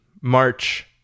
march